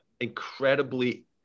incredibly